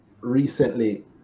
recently